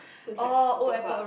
so is like super far